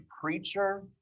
preacher